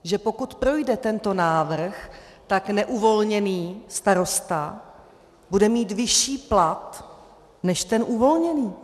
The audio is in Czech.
Že pokud projde tento návrh, tak neuvolněný starosta bude mít vyšší plat než ten uvolněný.